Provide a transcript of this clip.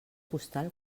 postal